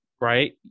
right